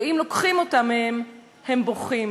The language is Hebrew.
ואם לוקחים אותה מהם, הם בוכים".